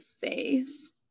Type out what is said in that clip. face